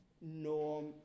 norm